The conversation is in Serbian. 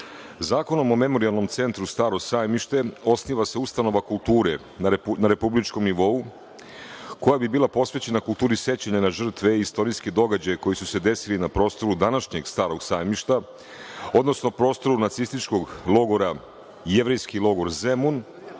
Zakonom o Memorijalnom centru "Staro sajmište" osniva se ustanova kulture na republičkom nivou, koja bi bila posvećena kulturi sećanja na žrtve i istorijske događaje koji su se desili na prostoru današnjeg Starog sajmišta, odnosno prostoru nacističkog logora "Jevrejski logor Zemun"